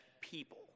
people